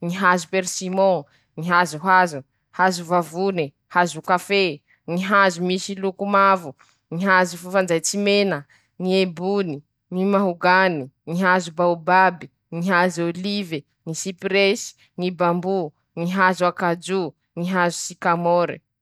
ñy dimampolo noho telonjato eo ho eo aminy ñy karazany ñy voro a madagasikara eto.